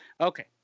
Okay